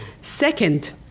Second